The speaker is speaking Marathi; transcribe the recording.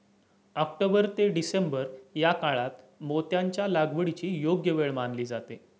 ऑक्टोबर ते डिसेंबर या काळात मोत्यांच्या लागवडीची योग्य वेळ मानली जाते